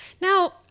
Now